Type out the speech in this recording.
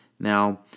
Now